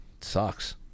sucks